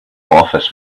office